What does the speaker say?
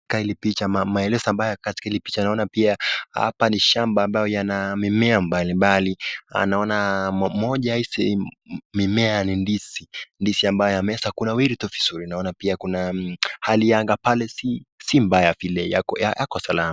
Katika hili picha maelezo ambayo katika hili picha naona pia hapa ni shamba ambayo yana mimea mbalimbali. Naona moja hizi mimea ni ndizi. Ndizi ambayo ameweza kunawili vizuri. Naona pia kuna hali ya anga pale si mbaya vile. Yako salama.